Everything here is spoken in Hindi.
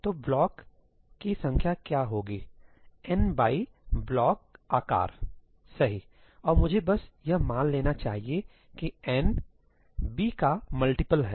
तो ब्लॉक की संख्या क्या होगी n ब्लॉक आकार सही और मुझे बस यह मान लेना चाहिए कि n b का मल्टीपल है